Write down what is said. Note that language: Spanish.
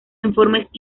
informes